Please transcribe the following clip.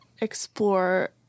explore